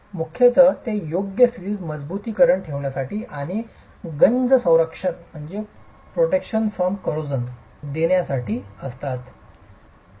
मुख्यत ते योग्य स्थितीत मजबुतीकरण ठेवण्यासाठी आणि गंज संरक्षण देण्यासाठी असतात